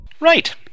Right